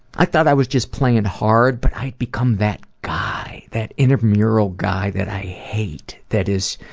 i thought i was just playing hard but i become that guy. that in-the-mirror ah guy that i hate, that is,